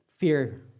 fear